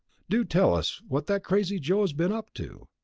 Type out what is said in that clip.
do tell us what that crazy joe has been up to.